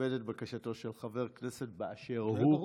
לכבד את בקשתו של חבר כנסת באשר הוא.